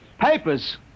Papers